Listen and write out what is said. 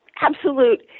absolute